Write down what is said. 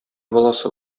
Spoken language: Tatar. баласы